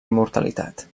immortalitat